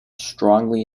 strongly